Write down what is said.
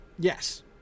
Yes